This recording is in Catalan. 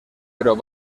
però